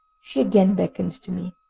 she again beckoned to me.